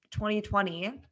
2020